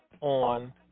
on